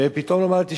ופתאום לומר לו: תשמע,